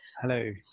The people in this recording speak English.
Hello